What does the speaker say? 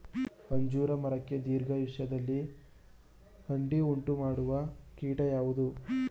ಅಂಜೂರ ಮರಕ್ಕೆ ದೀರ್ಘಾಯುಷ್ಯದಲ್ಲಿ ಅಡ್ಡಿ ಉಂಟು ಮಾಡುವ ಕೀಟ ಯಾವುದು?